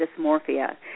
dysmorphia